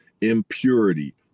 impurity